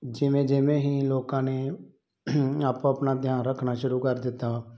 ਜਿਵੇਂ ਜਿਵੇਂ ਹੀ ਲੋਕਾਂ ਨੇ ਆਪੋ ਆਪਣਾ ਧਿਆਨ ਰੱਖਣਾ ਸ਼ੁਰੂ ਕਰ ਦਿੱਤਾ